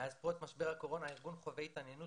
מאז פרוץ משבר הקורונה הארגון חווה התעניינות